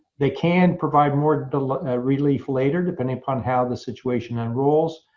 they can provide more relief later depending upon how the situation unrolls.